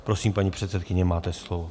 Prosím, paní předsedkyně, máte slovo.